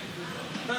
נראה לי.